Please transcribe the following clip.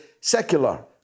secular